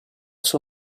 sua